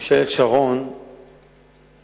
ממשלת שרון השנייה,